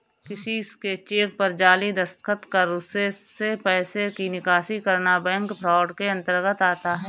किसी के चेक पर जाली दस्तखत कर उससे पैसे की निकासी करना बैंक फ्रॉड के अंतर्गत आता है